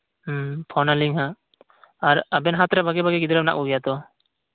phone ᱟᱹᱞᱤᱧ ᱦᱟᱜ ᱟᱨ ᱟᱵᱮᱱ ᱦᱟᱛ ᱨᱮ ᱵᱷᱟᱹᱜᱤ ᱵᱷᱟᱹᱜᱤ ᱜᱤᱫᱽᱨᱟᱹ ᱢᱮᱱᱟᱜ ᱠᱚᱜᱮᱭᱟ ᱛᱚ